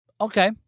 Okay